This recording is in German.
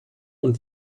und